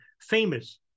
famous